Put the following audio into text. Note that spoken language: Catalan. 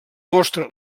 mostra